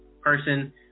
person